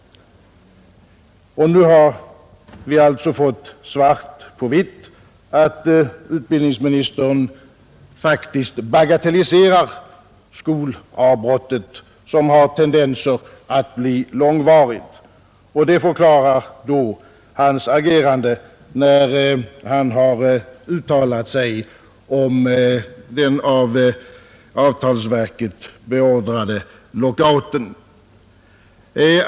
Nu har vi alltså fått svart på vitt på att utbildningsministern faktiskt bagatelliserar skolavbrottet, som har tendens att bli långvarigt. Det förklarar hans agerande när han uttalar sig om den av avtalsverket beordrade lockouten.